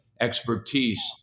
expertise